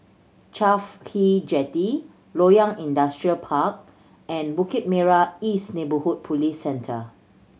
CAFHI Jetty Loyang Industrial Park and Bukit Merah East Neighbourhood Police Centre